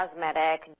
Cosmetic